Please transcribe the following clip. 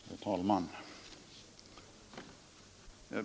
Herr talman!